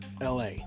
LA